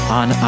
on